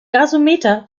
gasometer